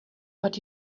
but